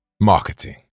Marketing